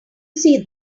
see